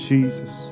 Jesus